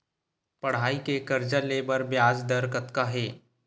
पढ़ई के कर्जा ले बर ब्याज दर कतका हे?